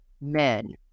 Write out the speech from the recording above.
men